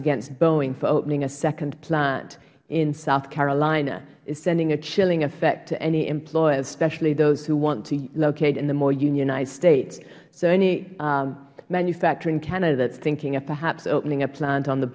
against boeing for opening a second plant in south carolina is sending a chilling effect to any employer especially those who want to locate in the more unionized states any manufacturing candidates thinking of perhaps opening a plant on the